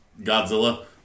Godzilla